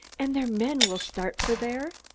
and their men will start for there?